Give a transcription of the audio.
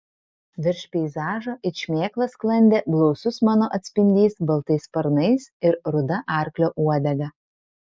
virš peizažo it šmėkla sklandė blausus mano atspindys baltais sparnais ir ruda arklio uodega